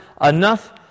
enough